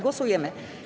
Głosujemy.